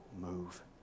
move